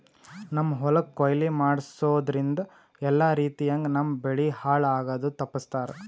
ನಮ್ಮ್ ಹೊಲಕ್ ಕೊಯ್ಲಿ ಮಾಡಸೂದ್ದ್ರಿಂದ ಎಲ್ಲಾ ರೀತಿಯಂಗ್ ನಮ್ ಬೆಳಿ ಹಾಳ್ ಆಗದು ತಪ್ಪಸ್ತಾರ್